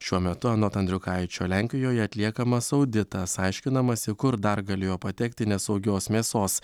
šiuo metu anot andriukaičio lenkijoje atliekamas auditas aiškinamasi kur dar galėjo patekti nesaugios mėsos